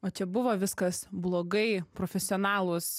o čia buvo viskas blogai profesionalūs